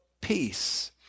peace